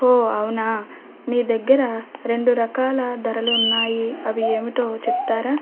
హో అవునా మీ దగ్గర రెండు రకాల ధరలు ఉన్నాయి అవి ఏమిటో చెప్తారా